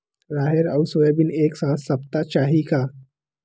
राहेर अउ सोयाबीन एक साथ सप्ता चाही का?